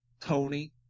Tony